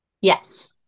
Yes